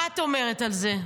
מה את אומרת על זה?